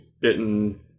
bitten